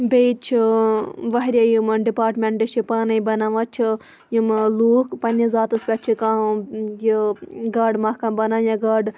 بیٚیہِ چھ واریاہ یِم ڈِپاٹمینٹہٕ چھِ پانے بَناوان چھِ یِم لوٗکھ پَننِس زاتَس پیٹھ چھ یہِ کانٛہہ گاڈٕ مَحکَم بَناوان یا گاڈٕ